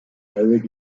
avec